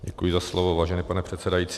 Děkuji za slovo, vážený pane předsedající.